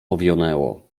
owionęło